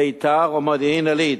ביתר ומודיעין-עילית.